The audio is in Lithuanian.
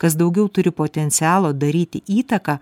kas daugiau turi potencialo daryti įtaką